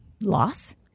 loss